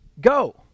go